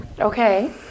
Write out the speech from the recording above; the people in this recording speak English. Okay